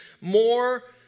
more